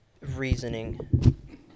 reasoning